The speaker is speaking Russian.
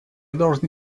должны